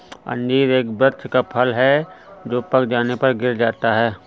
अंजीर एक वृक्ष का फल है जो पक जाने पर गिर जाता है